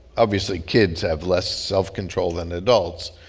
obviously kids have less self-control than adults,